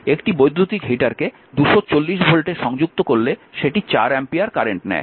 একটি বৈদ্যুতিক হিটারকে 240 ভোল্টে সংযুক্ত করলে সেটি 4 অ্যাম্পিয়ার কারেন্ট নেয়